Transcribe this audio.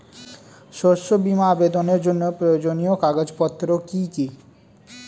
শস্য বীমা আবেদনের জন্য প্রয়োজনীয় কাগজপত্র কি কি?